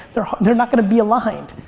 they're they're not gonna be aligned.